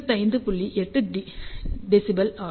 8 TB ஆகும்